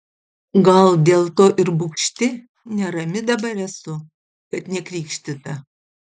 gal dėl to ir bugšti nerami dabar esu kad nekrikštyta